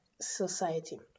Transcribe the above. society